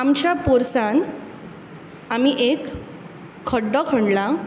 आमच्या पोरसान आमी एक खड्डो खणला